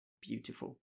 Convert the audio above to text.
beautiful